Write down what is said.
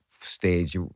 stage